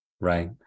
right